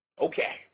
Okay